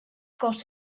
got